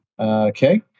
Okay